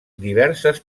diverses